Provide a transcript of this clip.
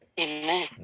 amen